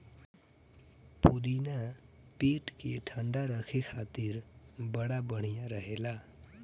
पुदीना पेट के ठंडा राखे खातिर बड़ा बढ़िया रहेला